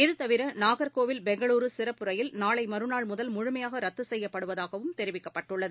இதுதவிர நாகர்கோவில் பெங்களூரு சிறப்பு ரயில் நாளை மறுநாள் முதல் முழுமையாக ரத்து செய்யப்படுவதாகவும் தெரிவிக்கப்பட்டுள்ளது